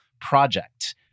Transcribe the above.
project